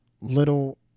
little